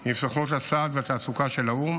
עם סוכנות הסעד והתעסוקה של האו"ם